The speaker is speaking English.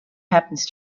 happens